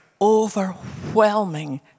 overwhelming